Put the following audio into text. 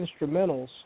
instrumentals